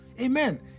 Amen